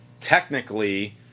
technically